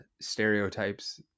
stereotypes